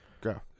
Go